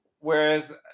Whereas